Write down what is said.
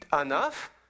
enough